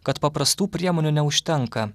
kad paprastų priemonių neužtenka